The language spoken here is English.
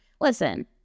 Listen